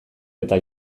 eta